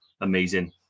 Amazing